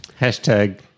Hashtag